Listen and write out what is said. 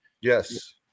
yes